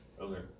Okay